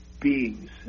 Beings